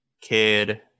Kid